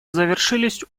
завершились